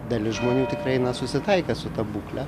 dalis žmonių tikrai na susitaikę su ta būkle